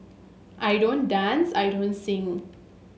I don't dance I don't sing